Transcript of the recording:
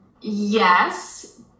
Yes